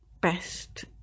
best